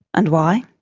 and why?